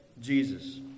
Jesus